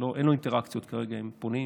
אין לו אינטראקציות כרגע עם פונים,